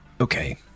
Okay